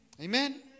Amen